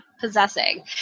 possessing